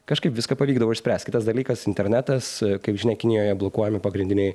kažkaip viską pavykdavo išspręst kitas dalykas internetas kaip žinia kinijoje blokuojami pagrindiniai